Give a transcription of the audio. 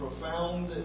profound